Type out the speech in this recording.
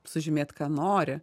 sužymėt ką nori